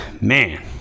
man